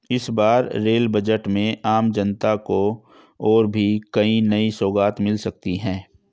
इस बार rail budget में आम जनता को और भी कई नई सौगात मिल सकती हैं